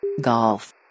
Golf